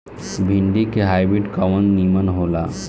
भिन्डी के हाइब्रिड कवन नीमन हो ला?